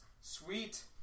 Sweet